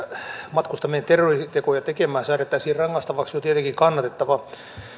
matkustaminen terroristitekoja tekemään säädettäisiin rangaistavaksi on tietenkin kannatettava